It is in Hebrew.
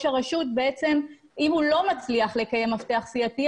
הרשות ואם הוא לא מצליח לקיים מפתח סיעתי,